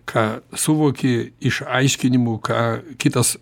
ką suvoki iš aiškinimų ką kitas